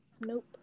Nope